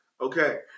okay